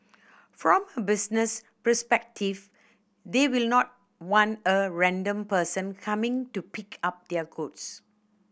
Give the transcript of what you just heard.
from a business perspective they will not want a random person coming to pick up their goods